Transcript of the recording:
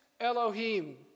Elohim